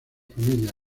familias